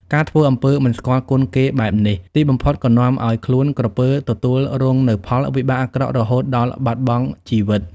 ការធ្វើអំពើមិនស្គាល់គុណគេបែបនេះ ទីបំផុតក៏នាំឲ្យខ្លួនក្រពើទទួលរងនូវផលវិបាកអាក្រក់រហូតដល់បាត់បង់ជីវិត។